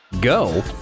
go